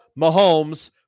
Mahomes